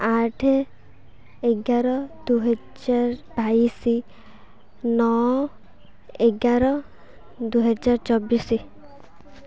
ଆଠେ ଏଗାର ଦୁଇହଜାର ବାଇଶି ନଅ ଏଗାର ଦୁଇହଜାର ଚବିଶି